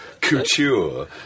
couture